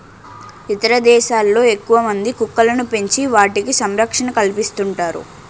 ఇతర దేశాల్లో ఎక్కువమంది కుక్కలను పెంచి వాటికి సంరక్షణ కల్పిస్తుంటారు